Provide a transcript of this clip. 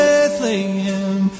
Bethlehem